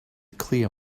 clear